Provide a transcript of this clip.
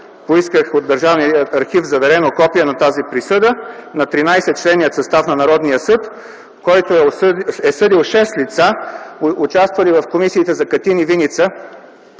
Поисках от Държавния архив заверено копие на тази присъда на 13 членния състав на Народния съд, който е съдил шест лица, участвали в комисиите за Катин и Виница,